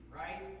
right